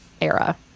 era